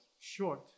short